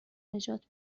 نجات